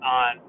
on